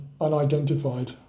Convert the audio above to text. unidentified